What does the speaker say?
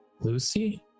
Lucy